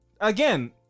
again